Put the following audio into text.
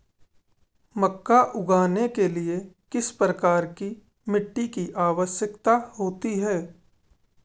मक्का उगाने के लिए किस प्रकार की मिट्टी की आवश्यकता होती है?